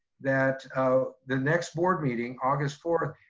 that the next board meeting august fourth,